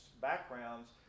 backgrounds